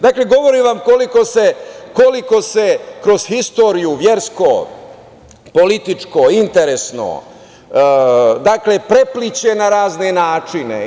Dakle, govorim vam koliko kroz istoriju versko, političko, interesno, prepliće na razne načine.